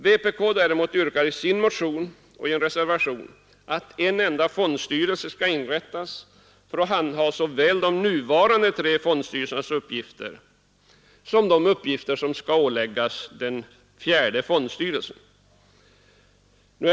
Vpk däremot yrkar i sin motion och i en reservation att en enda fondstyrelse skall inrättas för att handha såväl de nuvarande tre fondstyrelsernas uppgifter som de uppgifter som skulle åläggas den fjärde fondstyrelsen.